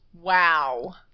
wow